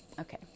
Okay